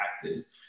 practice